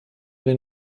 den